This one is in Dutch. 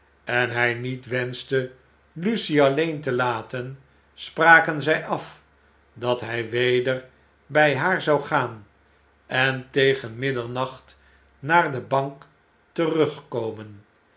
en hij niet wenschte lucie alleen te laten spraken zjj af dat hj weder bij haar zou gaan en tegen middernacht naar de bank terugkomen